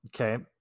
Okay